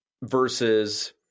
versus